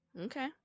Okay